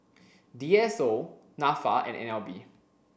D S O NAFA and N L B